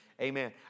Amen